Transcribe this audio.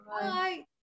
Bye